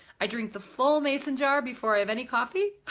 i drink the full mason jar before i have any coffee.